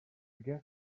guess